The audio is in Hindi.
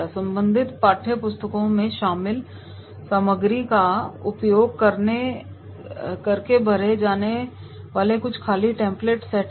संबंधित पाठ्यपुस्तकों में शामिल सामग्री का उपयोग करके भरे जाने वाले कुछ खाली टेम्प्लेट सेट करें